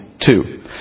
two